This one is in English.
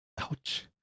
Ouch